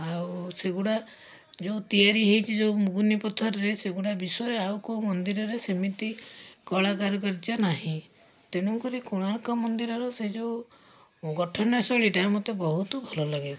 ଆଉ ସେଗୁଡ଼ା ଯେଉଁ ତିଆରି ହେଇଛି ଯେଉଁ ମୁଗୁନି ପଥରରେ ସେଗୁଡ଼ା ବିଶ୍ୱରେ ଆଉ କେଉଁ ମନ୍ଦିରରେ ସେମିତି କଳା କାରୁକାର୍ଯ୍ୟ ନାହିଁ ତେଣୁକରି କୋଣାର୍କ ମନ୍ଦିରର ସେ ଯେଉଁ ଗଠନଶୈଳୀଟା ମୋତେ ବହୁତ ଭଲଲାଗେ